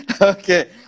okay